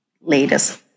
leaders